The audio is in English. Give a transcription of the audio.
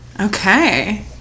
Okay